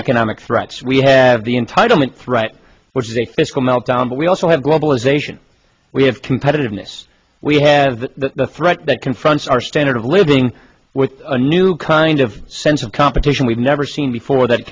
economic threats we have the entitlement threat which is a fiscal meltdown but we also have globalization we have competitiveness we have the threat that confronts our standard of living with a new kind of sense of competition we've never seen before that